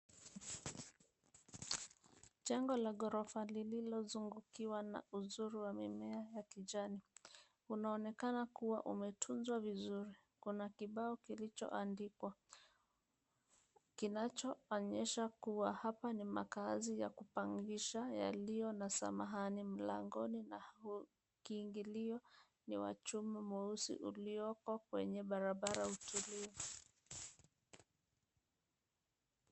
Jengo la ghorofa lililozungukiwa na uzuri wa mimea ya majani unaonekana kuwa umetunzwa vizuri. Kuna kibao kilichoandikwa kinachoonyesha kuwa hapa ni makaazi ya kupangisha yaliyo na samahani mlangoni na kiingilio ni wa chuma mweusi ulioko kwenye barabara utulivu.